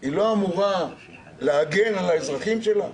היא לא אמורה להגן על האזרחים שלה?